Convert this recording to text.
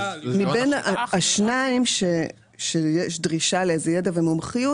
מבין השניים שיש דרישה לאיזה ידע ומומחיות,